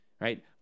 right